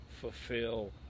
fulfill